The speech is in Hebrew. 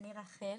אני רחל,